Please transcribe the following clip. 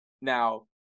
Now